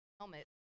helmet